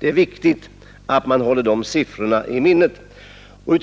det är viktigt att man håller de siffrorna i minnet.